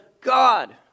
God